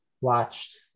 watched